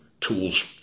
tools